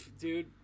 dude